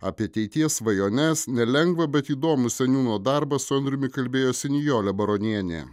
apie ateities svajones nelengvą bet įdomų seniūno darbą su andriumi kalbėjosi nijolė baronienė